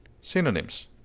synonyms